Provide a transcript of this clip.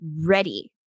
ready